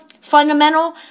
fundamental